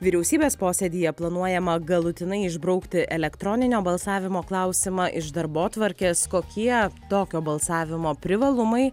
vyriausybės posėdyje planuojama galutinai išbraukti elektroninio balsavimo klausimą iš darbotvarkės kokie tokio balsavimo privalumai